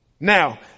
Now